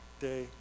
day